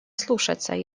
слушаться